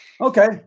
Okay